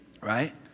Right